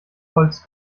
holz